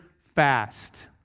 fast